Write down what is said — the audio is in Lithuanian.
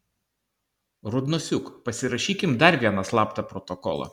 rudnosiuk pasirašykim dar vieną slaptą protokolą